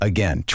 Again